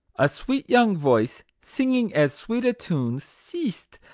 a sweet young voice singing as sweet a tune ceased,